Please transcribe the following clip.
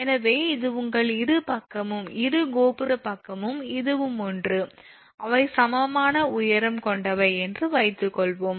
எனவே இது உங்கள் இரு பக்கமும் இது கோபுரப் பக்கமும் இதுவும் ஒன்று அவை சமமான உயரம் கொண்டவை என்று வைத்துக்கொள்வோம்